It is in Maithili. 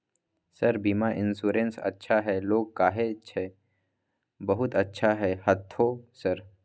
सर बीमा इन्सुरेंस अच्छा है लोग कहै छै बहुत अच्छा है हाँथो सर?